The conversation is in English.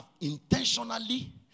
intentionally